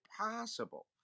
possible